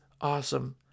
awesome